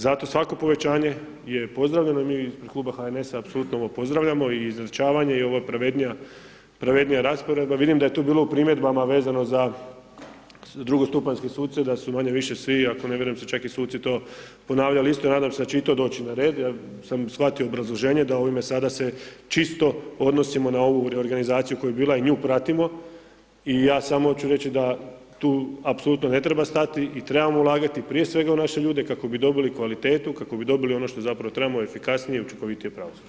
Zato svako povećanje je pozdravljeno i mi iz kluba HNS-a apsolutno ovo pozdravljamo i izjednačavanje i ovo pravednija rasporedba, vidim da je tu bilo u primjedbama vezano za drugostupanjske suce, da su manje-više svi, ako ne vjerujem su čak i suci to ponavljali, isto nadam se da će i to doći na red jer sam shvatio obrazloženje da ovime sada se čisto odnosimo na ovu reorganizaciju koja je bila i nju pratimo i ja samo hoću reći da tu apsolutno ne treba stati i trebamo ulagati, prije svega u naše ljude kako bi dobili kvalitetu, kako bi dobili ono što zapravo trebamo, efikasnije i učinkovitije pravosuđe.